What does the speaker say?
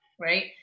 right